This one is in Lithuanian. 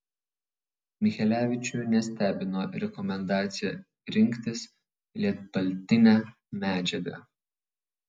michelevičių nestebino rekomendacija rinktis lietpaltinę medžiagą